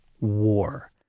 war